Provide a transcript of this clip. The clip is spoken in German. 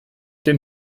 den